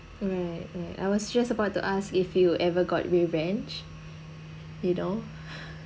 right right I was just about to ask if you ever got revenge you know